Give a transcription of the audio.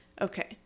Okay